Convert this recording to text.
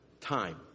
Time